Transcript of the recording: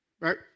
Right